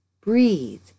breathe